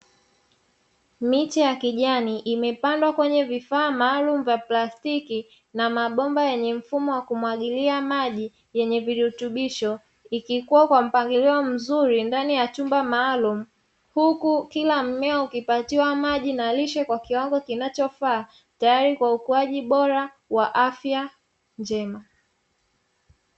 Miche ya kijani imepandwa kwenye vifaa maalumu vya plastiki na mabomba yenye mfumo wakumwagilia maji yenye virutubisho. Ikikuwa kwa mpangilio mzuri ndani ya chumba maalumu, huku kila mmea ukipatiwa maji na lishe kwa kiwango kinachofaa tayari kwa ukuaji bora wa afya njema.